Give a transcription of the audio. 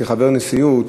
כחבר נשיאות,